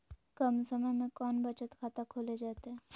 कम समय में कौन बचत खाता खोले जयते?